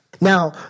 Now